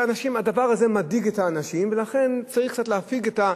אבל מה מדאיג אותם, את זה צריך לבדוק.